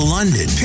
London